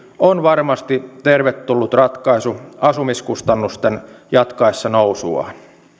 on varmasti tervetullut ratkaisu asumiskustannusten jatkaessa nousuaan